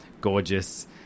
gorgeous